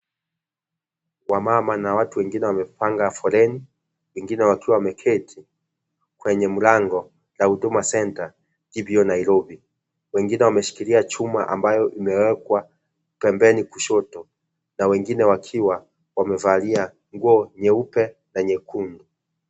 Wamama na watu wengine wamepanga foleni, wengine wakiwa wameketi kwenye mlango la Huduma Center hivyo Nairobi. Wengine wameshikilia chuma ambayo imewekwa pembeni kushoto. Na wengine wakiwa wamevalia nguo nyeupe na nyekundu.